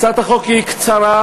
הצעת החוק היא קצרה,